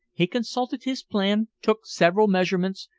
he consulted his plan, took several measurements,